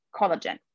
collagen